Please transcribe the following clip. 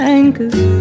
anchors